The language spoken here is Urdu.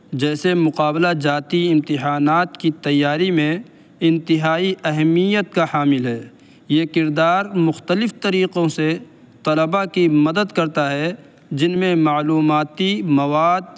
جیسے مقابلہ جاتی امتحانات کی تیاری میں انتہائی اہمیت کا حامل ہے یہ کردار مختلف طریقوں سے طلباء کی مدد کرتا ہے جن میں معلوماتی مواد